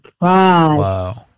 Wow